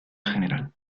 general